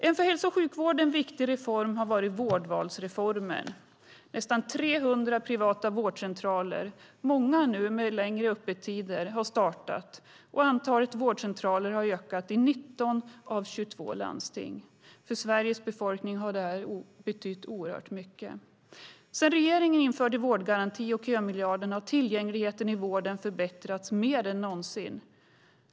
Vårdvalsreformen har varit en viktig reform för hälso och sjukvården. Nästan 300 privata vårdcentraler, många med längre öppettider, har startat, och antalet vårdcentraler har ökat i 19 av 22 landsting. Det har betytt oerhört mycket för Sveriges befolkning. Sedan regeringen införde vårdgarantin och kömiljarden har tillgängligheten i vården förbättrats mer än någonsin.